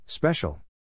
Special